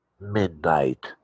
Midnight